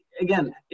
Again